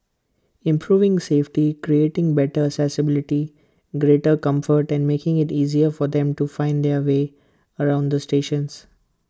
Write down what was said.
improving safety creating better accessibility greater comfort and making IT easier for them to find their way around the stations